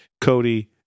Cody